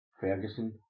Ferguson